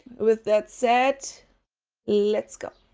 with that said let's go!